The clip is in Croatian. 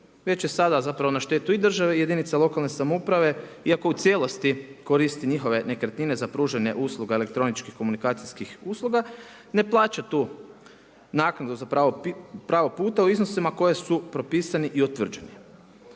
već je sada zapravo na štetu države i jedinica lokalne samouprave iako u cijelosti koristi njihove nekretnine za pružanje usluge elektroničkih komunikacijskih usluga, ne plaća tu naknadu za pravo puta u iznosima koji su propisani i utvrđeni.